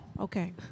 Okay